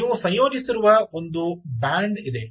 ನೀವು ಸಂಯೋಜಿಸಿರುವ ಒಂದು ಬ್ಯಾಂಡ್ ಇದೆ